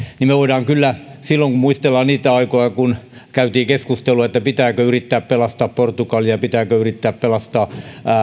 niin me voimme kyllä muistella niitä aikoja kun käytiin keskustelua siitä pitääkö yrittää pelastaa portugal ja pitääkö yrittää pelastaa